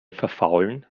verfaulen